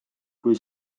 kui